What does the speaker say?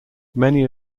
many